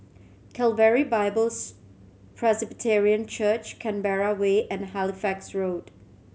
Calvary Bibles Presbyterian Church Canberra Way and Halifax Road